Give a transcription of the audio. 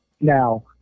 Now